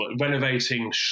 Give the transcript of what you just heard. renovating